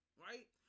right